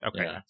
Okay